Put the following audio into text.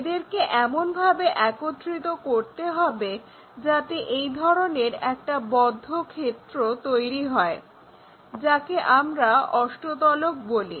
এদেরকে এমনভাবে একত্রিত করতে হবে যাতে এই ধরনের একটা বদ্ধ ক্ষেত্র তৈরি হয় যাকে আমরা অষ্টতলক বলি